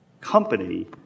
company